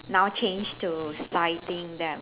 now change to fighting them